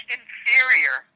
inferior